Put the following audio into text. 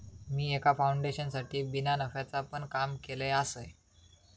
मी एका फाउंडेशनसाठी बिना नफ्याचा पण काम केलय आसय